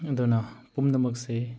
ꯑꯗꯨꯅ ꯄꯨꯝꯅꯃꯛꯁꯤ